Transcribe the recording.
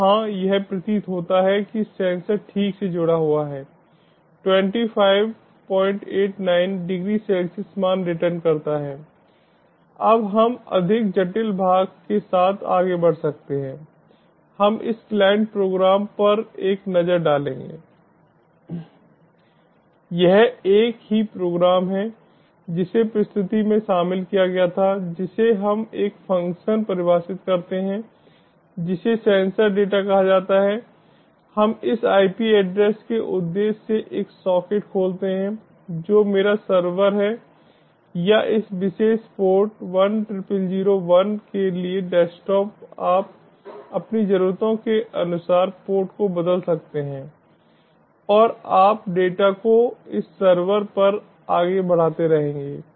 तो हाँ यह प्रतीत होता है कि सेंसर ठीक से जुड़ा हुआ है 2589 डिग्री सेल्सियस मान रिटर्न करता है अब हम अधिक जटिल भाग के साथ आगे बढ़ सकते हैं हम इस क्लाइंट प्रोग्राम पर एक नजर डालेंगे यह एक ही प्रोग्राम है जिसे प्रस्तुति में शामिल किया गया था जिसे हम एक फ़ंक्शन परिभाषित करते हैं जिसे सेंसर डेटा कहा जाता है हम इस आईपी एड्रेस के उद्देश्य से एक सॉकेट खोलते हैं जो मेरा सर्वर है या इस विशेष पोर्ट 10001 के लिए डेस्कटॉप आप अपनी ज़रूरतों के अनुसार पोर्ट को बदल सकते हैं और आप डेटा को इस सर्वर पर आगे बढ़ाते रहेंगे